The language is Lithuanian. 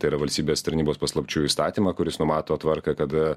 tai yra valstybės tarnybos paslapčių įstatymą kuris numato tvarką kad